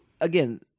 again